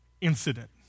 incident